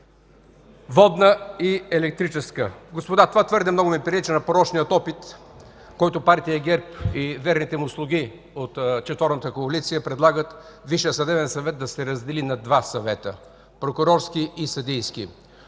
водна и електрическа. Господа, това твърде много ми прилича на порочния опит, който Партия ГЕРБ и верните й слуги от четворната коалиция предлагат – Висшият съдебен съвет да се раздели на два съвета – прокурорски и съдийски.